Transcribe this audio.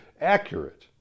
accurate